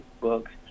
books